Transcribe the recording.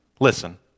listen